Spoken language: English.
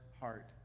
heart